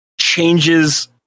changes